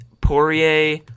Poirier